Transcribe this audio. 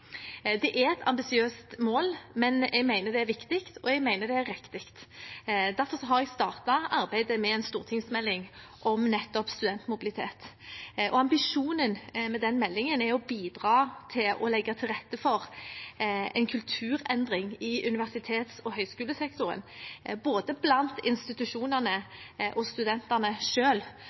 Det er et ambisiøst mål, men jeg mener det er viktig, og jeg mener det er riktig. Derfor har jeg startet arbeidet med en stortingsmelding om nettopp studentmobilitet. Ambisjonen med den meldingen er å bidra til og å legge til rette for en kulturendring i universitets- og høyskolesektoren, både blant institusjonene og blant studentene